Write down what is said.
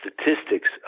Statistics